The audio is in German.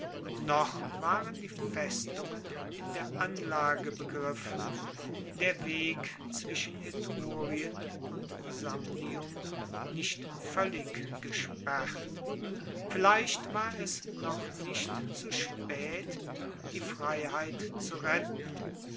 noch waren die festungen in der anlage begriffen der weg zwischen etrurien und samnium noch nicht voellig gesperrt vielleicht war es noch nicht zu spaet die freiheit zu retten